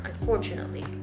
unfortunately